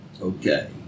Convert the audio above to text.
Okay